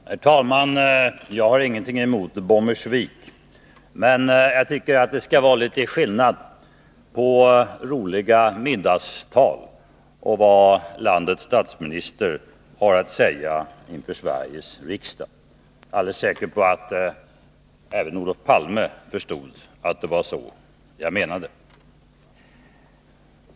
Herr talman! Jag har inget emot Bommersvik, men jag tycker att det skall vara litet skillnad på roliga middagstal och vad landets statsminister har att säga inför Sveriges riksdag. Jag är alldeles säker på att även Olof Palme förstod att det var så jag menade.